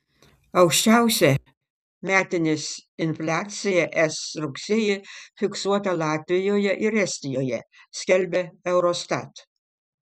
aukščiausia metinės infliacija es rugsėjį fiksuota latvijoje ir estijoje skelbia eurostat